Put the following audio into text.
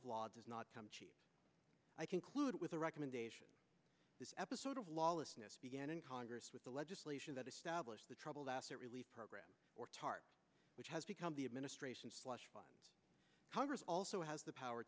of law does not come cheap i conclude with a recommendation this episode of lawlessness began in congress with the legislation that established the troubled asset relief program or tarp which has become the administration's slush funds congress also has the power